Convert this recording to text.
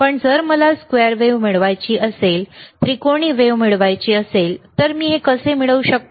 पण जर मला स्क्वेअर वेव्ह मिळवायची असेल त्रिकोणी वेव्ह मिळवायची असेल तर मी हे कसे मिळवू शकतो